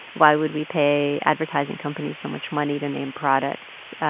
why would we pay advertising companies so much money to name products?